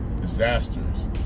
Disasters